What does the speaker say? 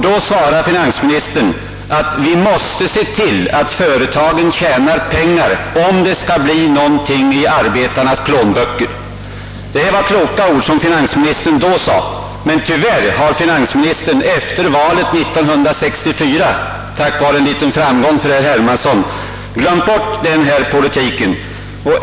Då svarade finansministern att vi måste se till att företagen tjänar pengar, om det skall bli någonting i arbetarnas plånböcker. Det var kloka ord som finansministern då yttrade, men tyvärr har han efter valet år 1964 på grund av en liten framgång för herr Hermansson glömt bort denna politik.